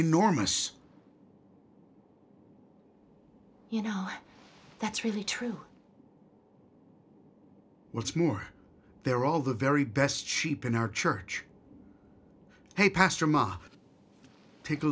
enormous you know that's really true what's more they're all the very best sheep in our church the pastor ma take a